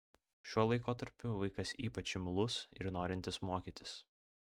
šiuo laikotarpiu vaikas ypač imlus ir norintis mokytis